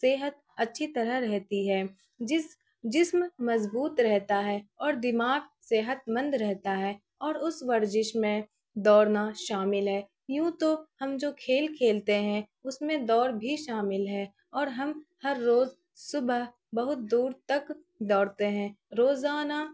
صحت اچھی طرح رہتی ہے جس جسم مضبوط رہتا ہے اور دماغ صحت مند رہتا ہے اور اس ورزش میں دوڑنا شامل ہے یوں تو ہم جو کھیل کھیلتے ہیں اس میں دوڑ بھی شامل ہے اور ہم ہر روز صبح بہت دور تک دوڑتے ہیں روزانہ